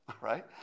right